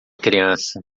criança